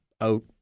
out